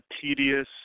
tedious